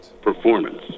performance